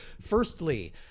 Firstly